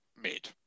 made